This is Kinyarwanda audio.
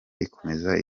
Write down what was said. ikomeze